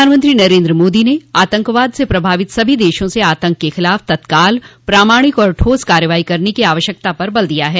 प्रधानमंत्री नरेन्द्र मोदी ने आतंकवाद से प्रभावित सभी देशों से आतंक के खिलाफ तत्काल प्रमाणिक और ठोस कार्रवाई करने की आवश्यकता पर बल दिया है